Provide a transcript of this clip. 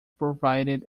provided